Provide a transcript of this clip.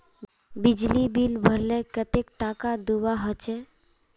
बिजली बिल भरले कतेक टाका दूबा होचे?